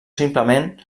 simplement